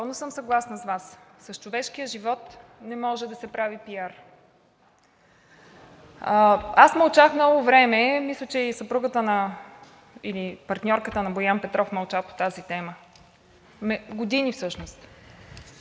съм съгласна с Вас: с човешкия живот не може да се прави пиар. Аз мълчах много време. Мисля, че и съпругата или партньорката на Боян Петров мълча по тази тема, години всъщност.